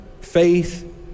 faith